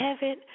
heaven